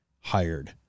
hired